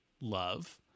love